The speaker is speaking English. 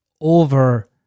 over